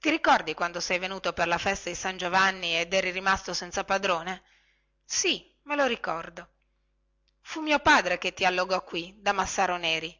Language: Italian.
ti ricordi quando sei venuto per la festa di san giovanni ed eri rimasto senza padrone sì me lo ricordo fu mio padre che ti allogò qui da massaro neri